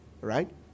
right